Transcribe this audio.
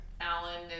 Alan